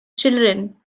children